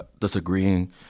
disagreeing